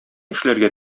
эшләргә